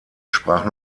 sprach